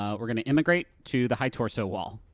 ah we're gonna emigrate to the high torso wall.